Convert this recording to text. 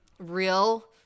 real